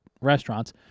restaurants